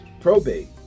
probate